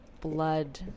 Blood